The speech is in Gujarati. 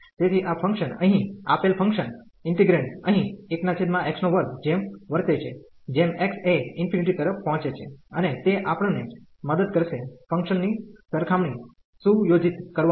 તેથી આ ફંકશન અહીં આપેલ ફંકશન ઈન્ટિગ્રેન્ડ અહિં 1x2 જેમ વર્તે છે જેમ x એ ∞ તરફ પહોંચે છે અને તે આપણ ને મદદ કરશે ફંકશન ની સરખામણી સુયોજિત કરવામાં માટે